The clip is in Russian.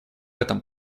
этом